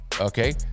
Okay